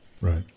Right